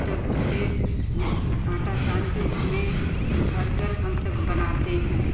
तब उसे आटा सान के उसमें भरकर हम सब बनाते हैं